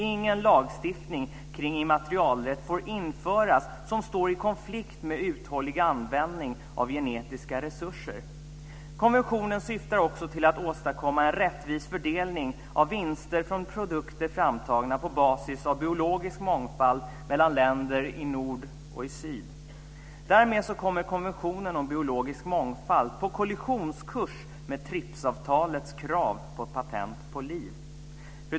Ingen lagstiftning kring immaterialrätt får införas som står i konflikt med uthållig användning av genetiska resurser. Konventionen syftar också till att åstadkomma en rättvis fördelning av vinster från produkter framtagna på basis av biologisk mångfald mellan länder i nord och syd. Därmed kommer konventionen och biologisk mångfald på kollisionskurs med TRIPS-avtalets krav på patent på liv.